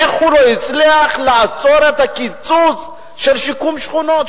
איך הוא לא הצליח לעצור את הקיצוץ של שיקום שכונות?